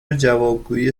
جوابگویی